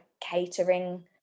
catering